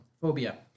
phobia